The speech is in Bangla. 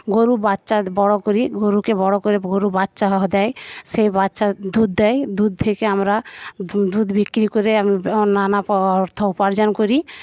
গরুর বাচ্চা বড়ো করি গরুকে বড়ো করে গরু বাচ্চা দেয় সেই বাচ্চা দুধ দেয় দুধ থেকে আমরা দুধ বিক্রি করে আমরা নানা অর্থ উপার্জন করি